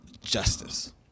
justice